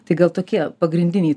tai gal tokie pagrindiniai